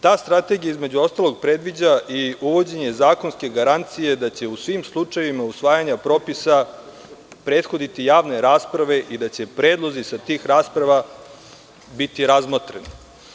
Ta strategija, između ostalog, predviđa i uvođenje zakonske garancije da će u svim slučajevima usvajanja propisa prethoditi javne rasprave i da će predlozi sa tih rasprava biti razmotreni.